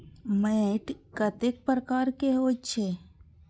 मैंट कतेक प्रकार के होयत छै?